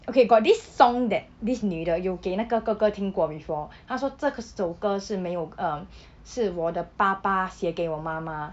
okay got this song that this 女的有给那个哥哥听过 before 她说这个首歌是没有 um 是我的爸爸写给我妈妈